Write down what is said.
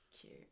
cute